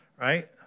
right